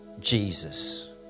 Jesus